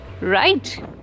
Right